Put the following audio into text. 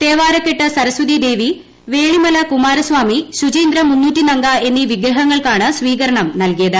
തേവാരക്കെട്ട് സ രസ്വതിദേവി വേളിമല കുമാരസ്വാമിശുചീന്ദ്രം മുന്നൂറ്റിനങ്ക എന്നീ വിഗ്രഹങ്ങൾ ക്കാണ് സ്വീകരണം നൽകിയത്